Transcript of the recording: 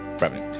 revenue